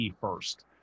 first